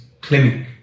clinic